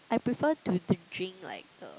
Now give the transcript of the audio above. I prefer to d~ drink like uh